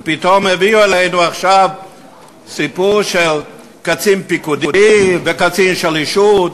ופתאום הביאו עלינו עכשיו סיפור של קצין פיקודי וקצין שלישות.